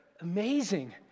amazing